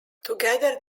together